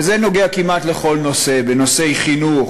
וזה נוגע כמעט לכל נושא: חינוך,